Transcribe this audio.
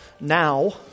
now